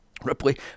Ripley